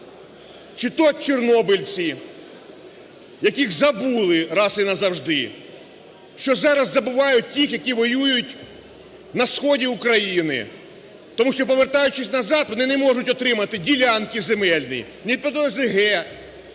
Чи то чорнобильці, яких забули раз і назавжди, що зараз забувають тих, які воюють на сході України, тому що, повертаючись назад, вони не можуть отримати ділянки земельні ні під